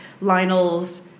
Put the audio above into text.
Lionel's